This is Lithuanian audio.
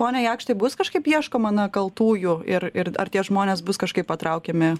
pone jakštai bus kažkaip ieškoma na kaltųjų ir ir ar tie žmonės bus kažkaip patraukiami